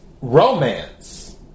romance